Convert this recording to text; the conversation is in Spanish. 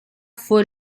fue